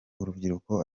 urubyiruko